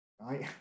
right